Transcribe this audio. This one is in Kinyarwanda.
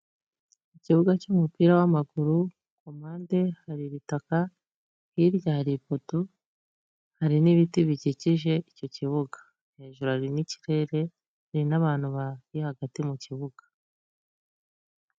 Mu kibuga cy'umupira w'amaguru, ku mpande hari ibitaka, hirya hari ipoto hari n'ibiti bikikije icyo kibuga. Hejuru hari n'ikirere hari n'abantu bari hagati mu kibuga.